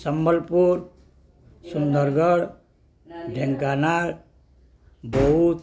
Sambalpur Sundargarh Dhenkanal Boudh